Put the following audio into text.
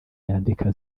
yandika